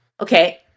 Okay